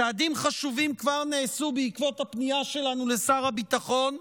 צעדים חשובים כבר נעשו בעקבות הפנייה שלנו לשר הביטחון,